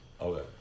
Okay